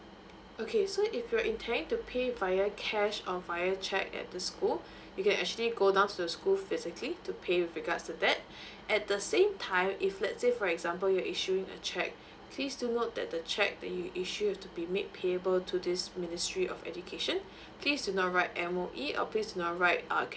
okay so if you're intending to pay via cash or via cheque at the school you can actually go down to the school physically to pay with regards to that at the same time if let's say for example you issuing a cheque please do note that the cheque that you issue have to be made payable to this ministry of education please do not write M_O_E or please not write uh